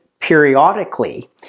periodically